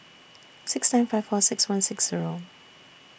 six nine five four six one six Zero